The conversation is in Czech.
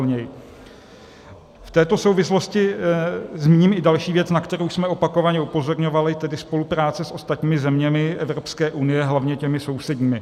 V této souvislosti zmíním i další věc, na kterou jsme opakovaně upozorňovali, tedy spolupráci s ostatními zeměmi Evropské unie, hlavně těmi sousedními.